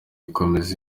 gukomeza